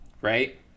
Right